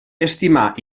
estimar